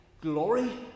glory